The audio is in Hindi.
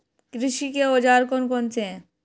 कृषि के औजार कौन कौन से हैं?